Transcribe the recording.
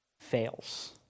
fails